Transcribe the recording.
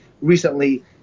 Recently